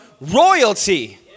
royalty